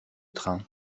train